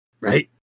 Right